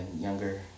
younger